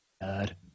Dad